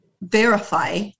verify